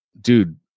dude